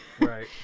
Right